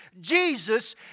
Jesus